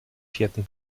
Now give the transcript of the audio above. vierten